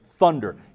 thunder